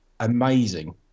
amazing